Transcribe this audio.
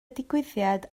digwyddiad